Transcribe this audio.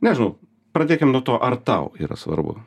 nežinau pradėkim nuo to ar tau yra svarbu